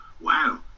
wow